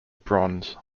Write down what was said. bronze